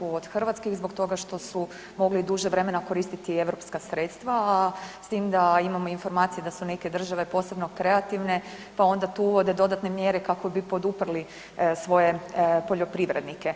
od hrvatskih zbog toga što su mogli duže vremena koristiti europska sredstva a s tim da imamo informacije da su neke države posebno kreativne pa onda tu uvode dodatne mjere kako bi poduprli svoje poljoprivrednike.